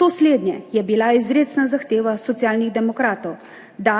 To slednje je bila izrecna zahteva Socialnih demokratov – da